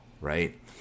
right